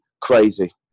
crazy